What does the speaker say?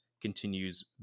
continues